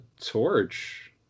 torch